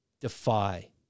defy